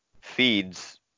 feeds